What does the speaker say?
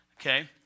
Okay